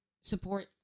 support